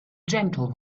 gentle